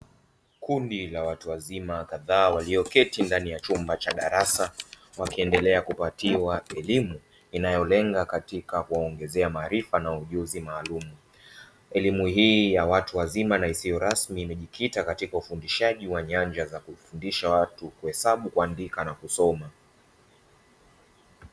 Kundi la watu wazima kadhaa, walioketi ndani ya chumba cha darasa wakiendelea kupatiwa elimu inayolenga katika kuwaongezea marifa na ujuzi maalumu. Elimu hii ya watu wazima na isiyo rasmi imejikita katika ufundishaji wa nyanja za kufundisha watu kuhesabu, kuandika na kusoma.